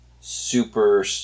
super